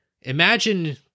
Imagine